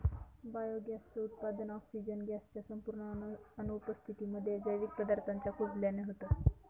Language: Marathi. बायोगॅस च उत्पादन, ऑक्सिजन गॅस च्या संपूर्ण अनुपस्थितीमध्ये, जैविक पदार्थांच्या कुजल्याने होतं